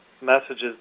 messages